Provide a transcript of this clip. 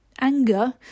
anger